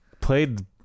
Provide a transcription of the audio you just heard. played